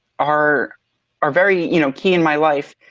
are are very you know, key in my life,